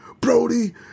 Brody